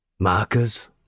Markers